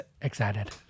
excited